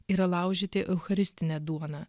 yra laužyti eucharistinę duoną